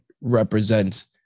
represents